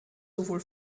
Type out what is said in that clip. sowohl